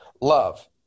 love